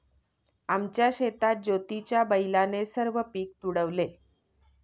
आमच्या शेतात ज्योतीच्या बैलाने सर्व पीक तुडवले